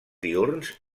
diürns